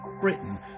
Britain